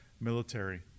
Military